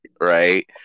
right